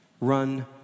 run